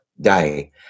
day